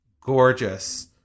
gorgeous